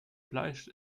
fleisch